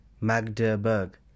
Magdeburg